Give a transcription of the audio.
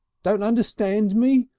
don't understand me?